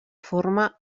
forma